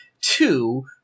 two